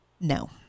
no